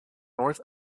north